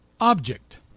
object